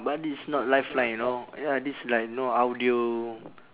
but this not life line you know ya this like know audio